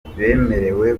bemerewe